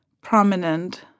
prominent